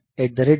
MOVX DPTR A